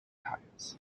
tyres